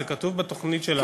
זה כתוב בתוכנית שלנו,